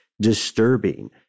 disturbing